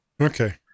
okay